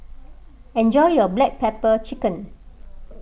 enjoy your Black Pepper Chicken